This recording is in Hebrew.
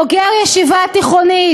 בוגר ישיבה תיכונית"